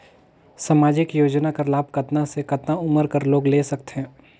समाजिक योजना कर लाभ कतना से कतना उमर कर लोग ले सकथे?